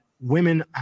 women